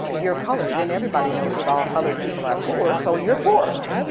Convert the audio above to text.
you're colored and everybody knows that all colored people are poor so you're poor.